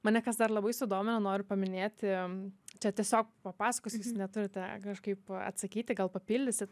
mane kas dar labai sudomino noriu paminėti čia tiesiog papasakosiu jūs neturite kažkaip atsakyti gal papildysit